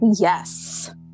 Yes